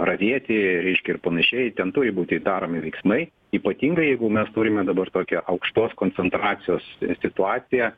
ravėti reiškia ir panašiai ten turi būti daromi veiksmai ypatingai jeigu mes turime dabar tokią aukštos koncentracijos situaciją